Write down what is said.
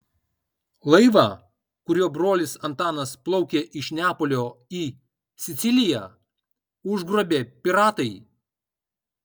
laivą kuriuo brolis antanas plaukė iš neapolio į siciliją užgrobė piratai